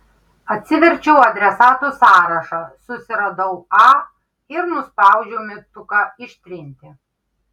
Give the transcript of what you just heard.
atsiverčiau adresatų sąrašą susiradau a ir nuspaudžiau mygtuką ištrinti